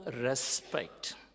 respect